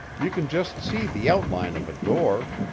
you can just see the outline of a door.